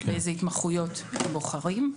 באיזה התמחויות הם בוחרים,